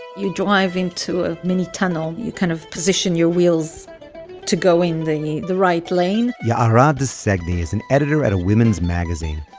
you drive into a mini tunnel. you kind of position your wheels to go in the the right lane ya'ara di segni is an editor at a women's magazine.